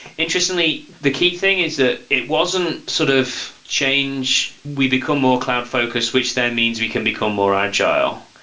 interestingly, the key thing is that it wasn't sort of change. we become more cloud-focused, which then means we can become more agile.